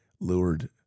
lured